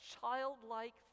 childlike